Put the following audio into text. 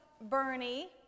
...Bernie